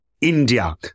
India